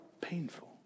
Painful